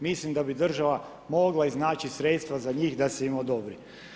Mislim da bi država mogla iznaći sredstva za njih da se im odobri.